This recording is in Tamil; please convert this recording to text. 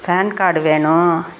பான் கார்டு வேணும்